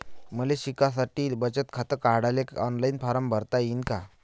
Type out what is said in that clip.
मले शिकासाठी बचत खात काढाले ऑनलाईन फारम भरता येईन का?